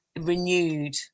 renewed